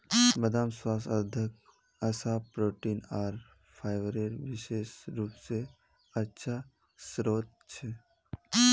बदाम स्वास्थ्यवर्धक वसा, प्रोटीन आर फाइबरेर विशेष रूप स अच्छा स्रोत छ